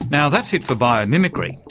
now that's it for biomimicry,